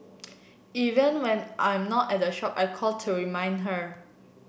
even when I'm not at the shop I call to remind her